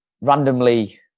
randomly